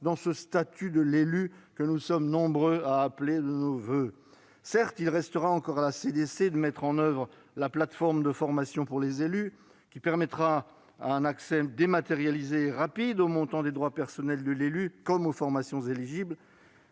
dans ce statut de l'élu que nous sommes nombreux à appeler de nos voeux. Certes, la CDC doit encore mettre en oeuvre la plateforme de formation pour les élus, qui permettra un accès dématérialisé et rapide au montant de leurs droits personnels, comme aux formations éligibles.